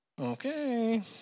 Okay